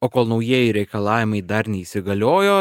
o kol naujieji reikalavimai dar neįsigaliojo